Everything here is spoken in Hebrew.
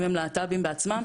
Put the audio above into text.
אם הם להט"בים בעצמם.